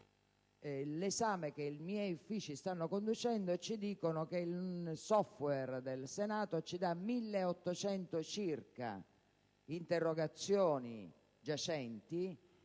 Dall'esame che i miei uffici stanno conducendo emerge che il *software* del Senato indica circa 1.800 interrogazioni giacenti: